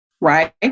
Right